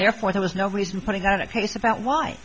therefore there was no reason putting on a case about why